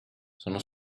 sono